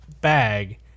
Bag